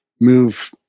move